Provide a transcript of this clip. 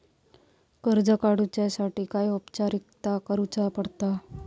कर्ज काडुच्यासाठी काय औपचारिकता करुचा पडता?